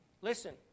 Listen